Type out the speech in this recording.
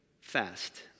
fast